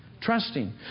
Trusting